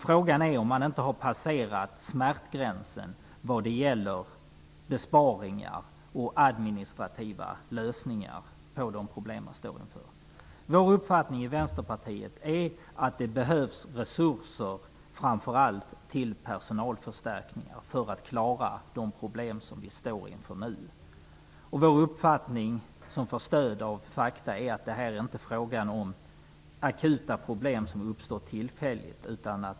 Frågan är om man inte har passerat smärtgränsen vad gäller besparingar och administrativa lösningar på de problem man står inför. Vår uppfattning i Vänsterpartiet är att det behövs resurser, framför allt till personalförstärkningar, för att klara de problem som vi står inför nu. Vår uppfattning, som får stöd av fakta, är att detta inte är fråga om akuta problem som uppstått tillfälligt.